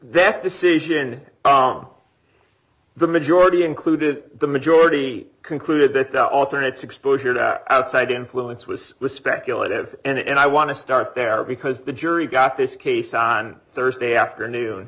their decision on the majority included the majority concluded that the alternate exposure to outside influence was the speculative and i want to start there because the jury got this case on thursday afternoon